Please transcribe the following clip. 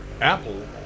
Apple